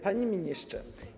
Panie Ministrze!